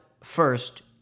first